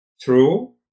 True